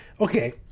Okay